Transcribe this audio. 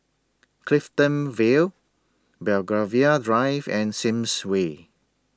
Clifton Vale Belgravia Drive and Sims Way